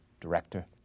director